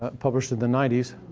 published in the ninety s,